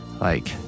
like-